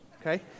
okay